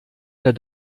der